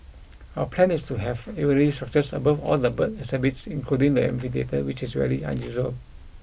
our plan is to have aviary structures above all the bird exhibits including the amphitheatre which is very unusual